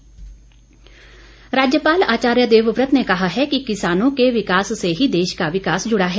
राज्यपाल राज्यपाल आचार्य देवव्रत ने कहा है कि किसानों के विकास से ही देश का विकास जुड़ा है